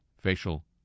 facial